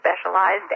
specialized